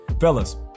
Fellas